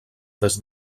des